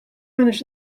manage